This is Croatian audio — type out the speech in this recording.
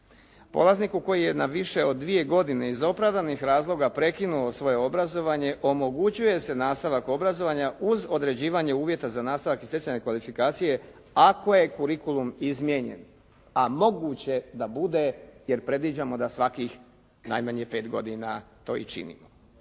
Polazniku koji je na više od dvije godine iz opravdanih razloga prekinuo svoje obrazovanje, omogućuje se nastavak obrazovanja uz određivanje uvjeta za nastavak i stjecanje kvalifikacije ako je kurikulum izmijenjen, a moguće da bude jer predviđamo da svakih najmanje pet godina to i činimo.